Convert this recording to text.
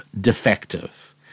defective